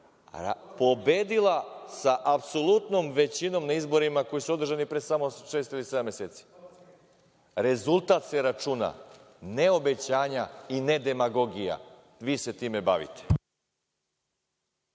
pobedila sa apsolutnom većinom na izborima koji su održani pre samo šest ili sedam meseci. Rezultat se računa, ne obećanja i ne demagogija. Vi se time bavite.